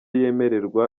yemererwa